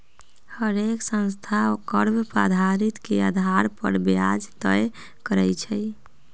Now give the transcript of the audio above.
हरेक संस्था कर्व पधति के अधार पर ब्याज तए करई छई